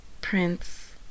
prince